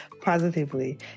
positively